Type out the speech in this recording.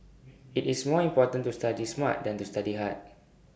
IT is more important to study smart than to study hard